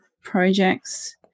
projects